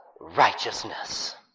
righteousness